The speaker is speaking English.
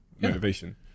motivation